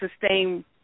sustain